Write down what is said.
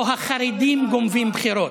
או: החרדים גונבים בחירות.